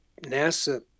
nasa